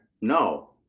No